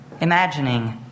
imagining